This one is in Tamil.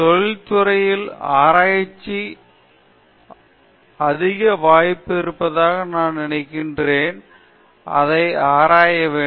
தொழில் துறையில் ஆராய்ச்சி ஆராய்ச்சியாளர்களுக்கு அதிக வாய்ப்பு இருப்பதாக நான் நினைக்கிறேன் அதை ஆராய வேண்டும்